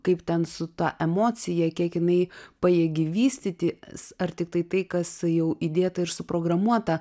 kaip ten su ta emocija kiek jinai pajėgi vystytis ar tiktai tai kas jau įdėta ir suprogramuota